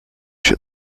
się